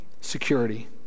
security